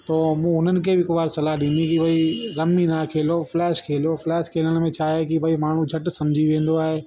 पोइ मूं हुननि खे बि हिक बार सलाह ॾिनी की भई रमी न खेलो फ्लैश खेलो फ्लैश खेलण में छाहे की भई माण्हू झटि सम्झी वेंदो आहे